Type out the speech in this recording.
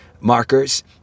markers